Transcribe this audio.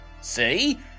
see